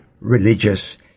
religious